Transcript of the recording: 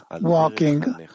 walking